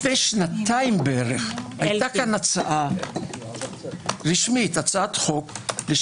לפני שנתיים בערך הייתה כאן הצעת חוק רשמית לשנות